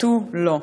ותו לא.